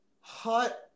hot